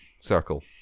circle